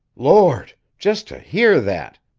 lord! just to hear that!